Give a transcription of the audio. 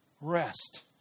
Rest